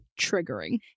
triggering